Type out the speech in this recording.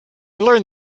learned